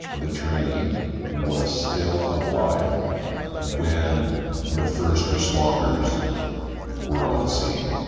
the trainee was still alive when the first responders were on scene,